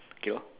okay lor